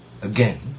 again